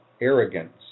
arrogance